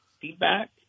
feedback